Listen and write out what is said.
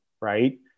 right